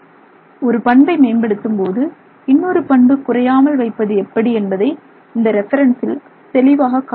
ஒரு பண்பை மேம்படுத்தும்போது இன்னொரு பண்பு குறையாமல் வைப்பது எப்படி என்பதை இந்த ரெபிரன்சில் தெளிவாக காட்டியிருக்கிறார்கள்